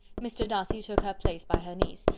mr. darcy took her place by her niece,